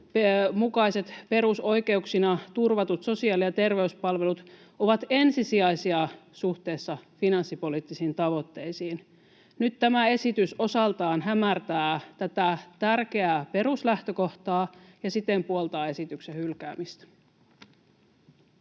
mukaiset perusoikeuksina turvatut sosiaali- ja terveyspalvelut ovat ensisijaisia suhteessa finanssipoliittisiin tavoitteisiin. Nyt tämä esitys osaltaan hämärtää tätä tärkeää peruslähtökohtaa, mikä siten puoltaa esityksen hylkäämistä.